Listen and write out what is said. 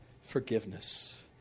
Forgiveness